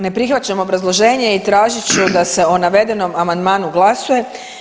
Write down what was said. Ne prihvaćam obrazloženje i tražit ću da se o navedenom amandmanu glasuje.